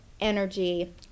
energy